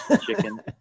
chicken